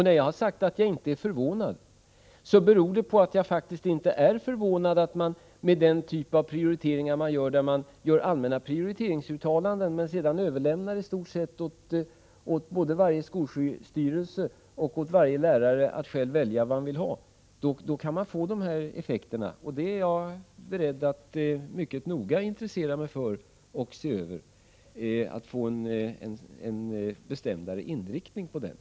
När jag har sagt att jag inte är förvånad över kommunernas prioriteringar när det gäller personalutbildningen i skolan, så beror det på att jag faktiskt inte är det mot bakgrund av att man gör allmänna prioriteringsuttalanden men sedan i stort sett överlämnar åt varje skolstyrelse och varje lärare att själv välja inom vilket område fortbildningen skall ges. Då kan man få sådana här effekter. Jag är beredd att mycket ingående intressera mig för och se över fortbildningen, så att man får en bestämdare inriktning på den.